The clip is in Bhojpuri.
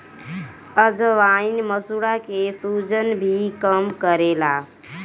अजवाईन मसूड़ा के सुजन भी कम करेला